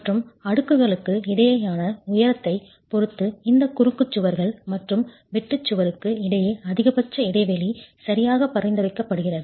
மற்றும் அடுக்குகளுக்கு இடையேயான உயரத்தைப் பொறுத்து இந்த குறுக்கு சுவர்கள் மற்றும் வெட்டு சுவருக்கு இடையே அதிகபட்ச இடைவெளி சரியாக பரிந்துரைக்கப்படுகிறது